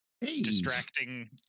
distracting